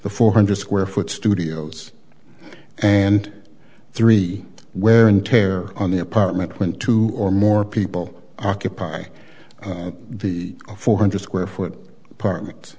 the four hundred square foot studios and three wear and tear on the apartment went to or more people occupy the four hundred square foot apartment